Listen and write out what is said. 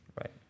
right